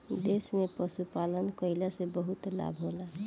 देश में पशुपालन कईला से बहुते लाभ होला